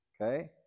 Okay